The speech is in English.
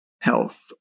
health